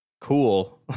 Cool